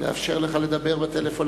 לאפשר לך לדבר בטלפון,